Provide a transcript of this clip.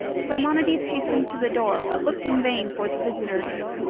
simonides hastened to the door, but looked in vain for the visitors.